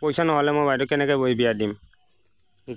পইচা নহ'লে মই বাইদেউক কেনেকৈ কৰি বিয়া দিম